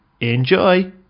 enjoy